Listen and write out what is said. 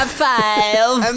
five